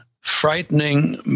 frightening